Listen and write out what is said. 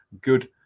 good